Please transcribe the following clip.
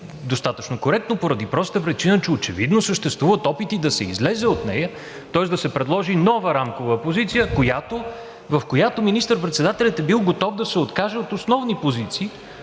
достатъчно коректно по простата причина, че очевидно съществуват опити да се излезе от нея, тоест да се предложи нова рамкова позиция, в която министър-председателят е бил готов да се откаже от основни позиции,